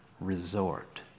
resort